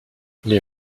les